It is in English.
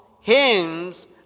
hymns